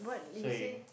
so in